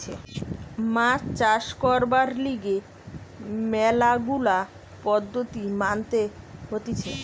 মাছ চাষ করবার লিগে ম্যালা গুলা পদ্ধতি মানতে হতিছে